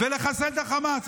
ולחסל את החמאס.